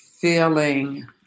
feeling